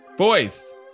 Boys